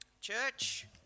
Church